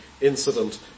incident